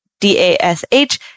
D-A-S-H